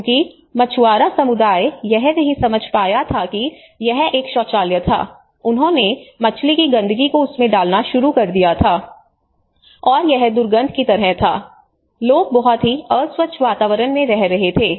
क्योंकि मछुआरा समुदाय यह नहीं समझ पाया था कि यह एक शौचालय था और उन्होंने मछली की गंदगी को उसमें डालना शुरू कर दिया और यह दुर्गंध की तरह था और लोग बहुत ही अस्वच्छ वातावरण में रह रहे थे